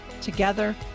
Together